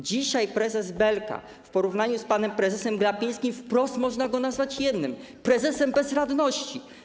Dzisiaj prezesa Belkę w porównaniu z panem prezesem Glapińskim wprost można nazwać prezesem bezradności.